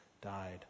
died